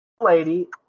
Lady